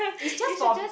it's just for